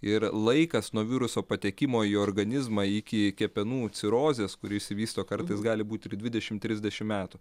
ir laikas nuo viruso patekimo į organizmą iki kepenų cirozės kuri išsivysto kartais gali būti ir dvidešimt trisdešimt metų